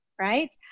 right